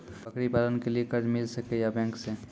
बकरी पालन के लिए कर्ज मिल सके या बैंक से?